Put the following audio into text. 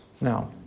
Now